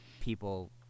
people